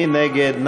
מי נגד?